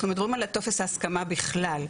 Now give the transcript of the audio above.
אנחנו מדברים על טופס ההסכמה בכלל.